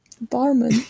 Barman